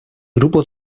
grupo